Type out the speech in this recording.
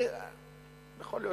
יכול להיות